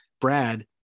Brad